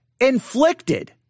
inflicted